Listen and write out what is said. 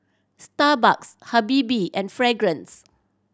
Starbucks Habibie and Fragrance